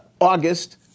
August